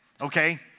okay